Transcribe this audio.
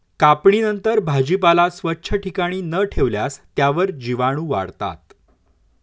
कापणीनंतर भाजीपाला स्वच्छ ठिकाणी न ठेवल्यास त्यावर जीवाणूवाढतात